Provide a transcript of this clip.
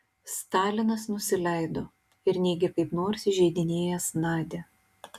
stalinas nusileido ir neigė kaip nors įžeidinėjęs nadią